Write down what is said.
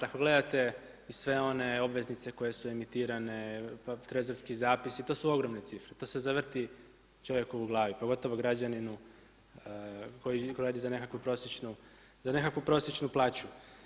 Ako gledate i sve one obveznice koje su emitirane, trezorski zapisi, to su ogromne cifre, to se zavrti čovjeku u glavi pogotovo građaninu koji radi za nekakvu prosječnu plaću.